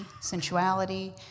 sensuality